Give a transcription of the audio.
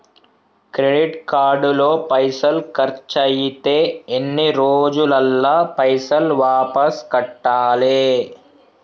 Credit card లో పైసల్ ఖర్చయితే ఎన్ని రోజులల్ల పైసల్ వాపస్ కట్టాలే?